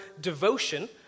devotion